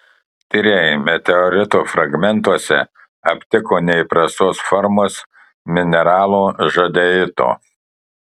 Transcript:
tyrėjai meteorito fragmentuose aptiko neįprastos formos mineralo žadeito